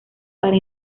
para